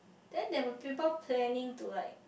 then there were people planning to like